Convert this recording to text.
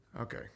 Okay